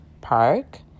Park